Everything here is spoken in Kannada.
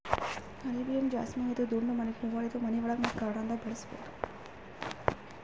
ಅರೇಬಿಯನ್ ಜಾಸ್ಮಿನ್ ಇದು ದುಂಡ್ ಮಲ್ಲಿಗ್ ಹೂವಾ ಇದು ಮನಿಯೊಳಗ ಮತ್ತ್ ಗಾರ್ಡನ್ದಾಗ್ ಬೆಳಸಬಹುದ್